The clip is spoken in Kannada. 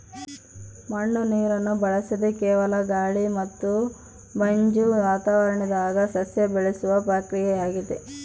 ಮಣ್ಣು ನೀರನ್ನು ಬಳಸದೆ ಕೇವಲ ಗಾಳಿ ಮತ್ತು ಮಂಜು ವಾತಾವರಣದಾಗ ಸಸ್ಯ ಬೆಳೆಸುವ ಪ್ರಕ್ರಿಯೆಯಾಗೆತೆ